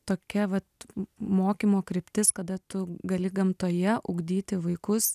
tokia vat mokymo kryptis kada tu gali gamtoje ugdyti vaikus